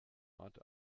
ort